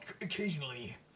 occasionally